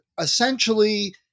essentially